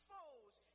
foes